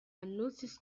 unnoticed